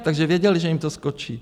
Takže věděli, že jim to skočí.